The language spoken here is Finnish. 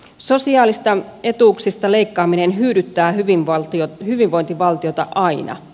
sosiaalisista etuuksista leikkaaminen hyydyttää hyvinvointivaltiota aina